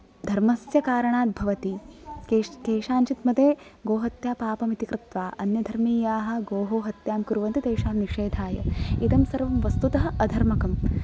धर्मस्य कारणाद्भवति केष केषाञ्चित् मते गोहत्या पापमिति कृत्वा अन्यधर्मीयाः गोः हत्यां कुर्वन्ति तेषां निषेधाय इदं सर्वं वस्तुतः अधर्मकं